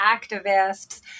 activists